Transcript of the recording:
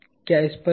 क्या स्पष्ट है